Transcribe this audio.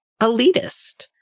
elitist